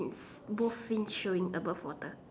both fins showing above water